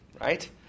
right